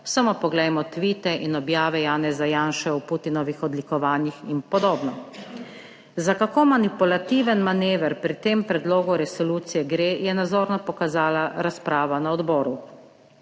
Samo poglejmo tvite in objave Janeza Janše v Putinovih odlikovanjih in podobno. Za kako manipulativen manever pri tem predlogu resolucije gre je nazorno pokazala razprava na odboru.